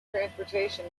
transportation